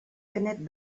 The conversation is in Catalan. canet